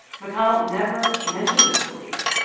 mcconnell never mentioned this belief.